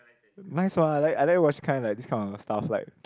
nice what I like I like watch kind like this kind of stuff like ppo